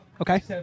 Okay